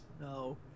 No